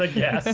like yeah